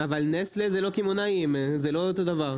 אבל נסטלה זה לא קמעונאי, זה לא אותו דבר.